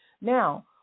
Now